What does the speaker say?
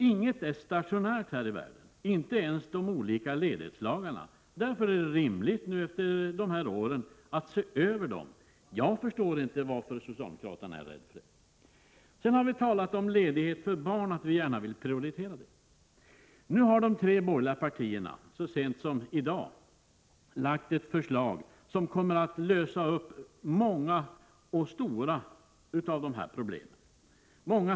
Inget är stationärt här i världen, inte ens de olika ledighetslagarna. Därför är det rimligt att efter de här åren se över dem. Jag förstår inte varför socialdemokraterna är rädda för det. Sedan har vi talat om att vi gärna vill prioritera ledighet för vård av barn. Nu har de tre borgerliga partierna så sent som i dag lagt fram ett förslag som kommer att lösa många stora problem.